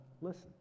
listen